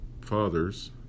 fathers